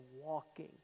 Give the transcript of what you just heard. walking